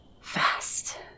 fast